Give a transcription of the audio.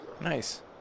Nice